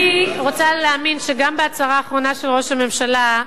אני רוצה להאמין שגם בהצהרה האחרונה של ראש הממשלה,